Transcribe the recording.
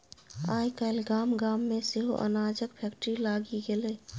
आय काल्हि गाम गाम मे सेहो अनाजक फैक्ट्री लागि गेलै